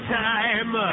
time